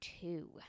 two